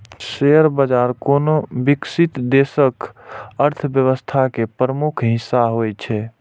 share बाजार कोनो विकसित देशक अर्थव्यवस्था के प्रमुख हिस्सा होइ छै